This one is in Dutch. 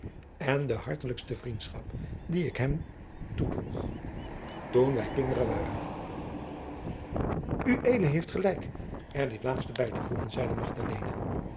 en de hartelijkste vriendschap die ik hem toedr oeg toen wij kinderen waren ued heeft gelijk er dit laatste bij te voegen zeide